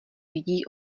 lidí